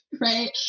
right